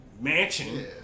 mansion